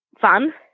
fun